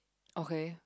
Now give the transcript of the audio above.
okay